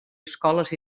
escoles